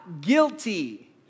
guilty